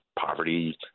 poverty